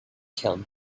killed